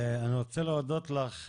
אני רוצה להודות לך,